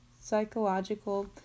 psychological